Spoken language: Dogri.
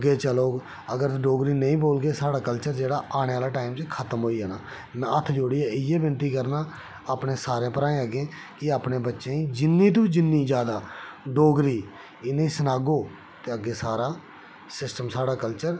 अग्गे चलग अगर डोगरी नेईं बोलगे साढ़ा कल्चर ऐ औने आह्ले टाइम च खत्म होई जाना में हत्थ जोड़िये इ'ऐ विनती करना अपने सारें भ्राएं अग्गे कि अपने बच्चें गी जिन्नी तूं जिन्नी ज्यादा डोगरी इ'नेंगी सनागेओ अग्गे सारा सिस्टम साढ़ा कल्चर